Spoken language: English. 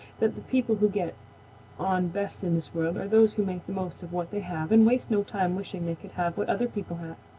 that the people who get on best in this world are those who make the most of what they have and waste no time wishing they could have what other people have.